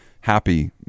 happy